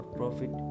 profit